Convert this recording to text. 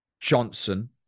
Johnson